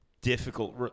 difficult